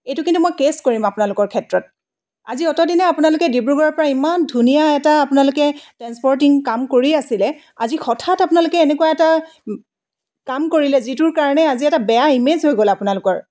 এইটো কিন্তু মই কেছ কৰিম আপোনালোকৰ ক্ষেত্ৰত আজি অতদিনে আপোনালোকে ডিব্ৰুগড়ৰ পৰা ইমান ধুনীয়া এটা আপোনালোকে ট্ৰেঞ্চপৰ্টিং কাম কৰি আছিলে আজি হঠাৎ আপোনালোকে এনেকুৱা এটা কাম কৰিলে যিটোৰ কাৰণে আজি এটা বেয়া ইমেজ হৈ গ'ল আপোনালোকৰ